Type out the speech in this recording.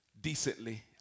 decently